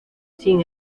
sin